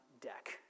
deck